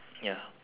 ya